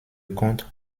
comte